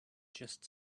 just